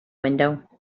window